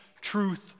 truth